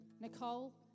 Nicole